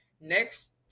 Next